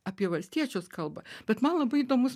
apie valstiečius kalba bet man labai įdomus